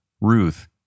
Ruth